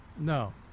No